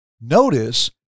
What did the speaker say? Notice